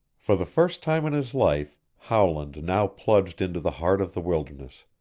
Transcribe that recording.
for the first time in his life howland now plunged into the heart of the wilderness,